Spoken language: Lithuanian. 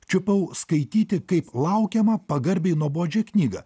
čiupau skaityti kaip laukiamą pagarbiai nuobodžią knygą